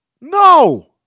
no